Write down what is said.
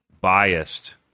biased